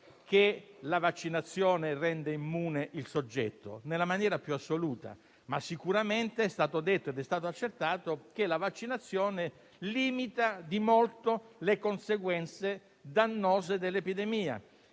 che la vaccinazione rende immune il soggetto, nella maniera più assoluta. Sicuramente è stato detto e accertato che la vaccinazione limita di molto le conseguenze dannose dell'epidemia;